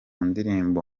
ndirimbo